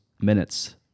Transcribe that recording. minutes